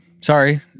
Sorry